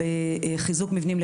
גדולים.